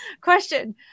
Question